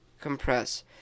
compress